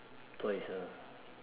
twice ah